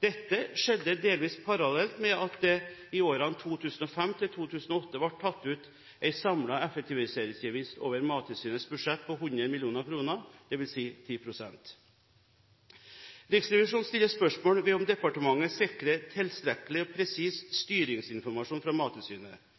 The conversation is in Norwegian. Dette skjedde delvis parallelt med at det i årene 2005–2008 ble tatt ut en samlet effektiviseringsgevinst over Mattilsynets budsjett på 100 mill. kr, dvs. 10 pst. Riksrevisjonen stiller spørsmål ved om departementet sikrer tilstrekkelig og presis styringsinformasjon fra Mattilsynet.